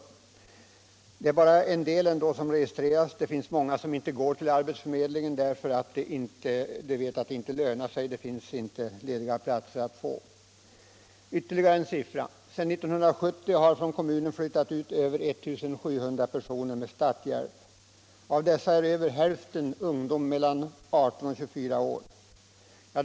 Och ändå är det bara en del som registreras. Många går inte till arbetsförmedlingen därför att de vet att det inte lönar sig. Det finns inga lediga platser att få. Ytterligare en siffra kan nämnas. Sedan 1970 har 1 700 personer flyttat ut från kommunen med starthjälp. Av dessa är över hälften ungdomar mellan 18 och 24 år.